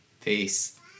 Peace